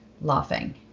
laughing